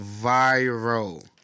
Viral